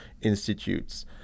institutes